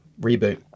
reboot